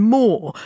more